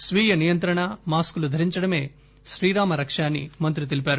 స్వీయ నియంత్రణ మాస్కులు దరించడమే శ్రీరామ రక్ష అని మంత్రి తెలిపారు